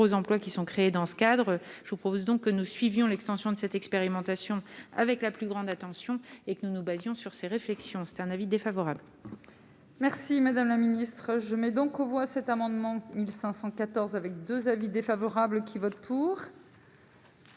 emplois qui sont créés dans ce cadre, je vous propose donc que nous suivions l'extension de cette expérimentation avec la plus grande attention et que nous nous basons sur ses réflexions, c'était un avis défavorable. Merci madame la ministre, je mets donc aux voix cet amendement il 514 avec 2 avis défavorables qui vote pour.